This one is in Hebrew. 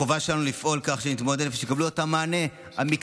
החובה שלנו לפעול כך שמתמודדי נפש יקבלו את המענה המקצועי,